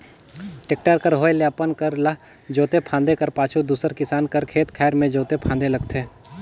tractor कर होए ले अपन कर ल जोते फादे कर पाछू दूसर किसान कर खेत खाएर मे जोते फादे लगथे